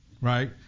right